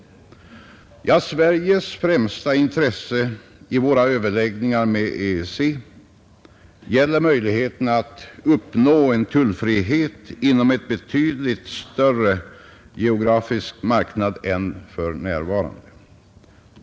Sveriges främsta intresse i överläggningarna med EEC gäller möjligheterna att uppnå tullfrihet inom en betydligt större geografisk marknad än för närvarande.